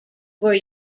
were